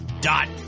dot